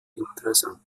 interessant